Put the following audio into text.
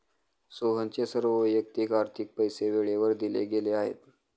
सोहनचे सर्व वैयक्तिक आर्थिक पैसे वेळेवर दिले गेले आहेत